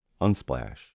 unsplash